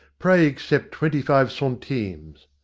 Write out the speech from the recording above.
pray accept twenty-five centimes.